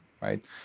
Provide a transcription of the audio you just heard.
right